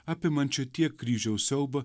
apimančią tiek kryžiaus siaubą